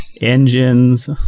Engines